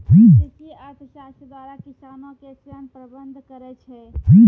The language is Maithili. कृषि अर्थशास्त्र द्वारा किसानो के ऋण प्रबंध करै छै